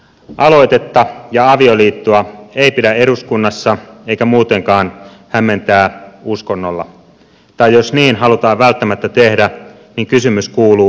aloitetta ja avioliittoa ei pidä eduskunnassa eikä muutenkaan hämmentää uskonnolla tai jos niin halutaan välttämättä tehdä niin kysymys kuuluu